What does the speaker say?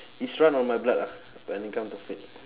it's run on my blood ah when it come to fit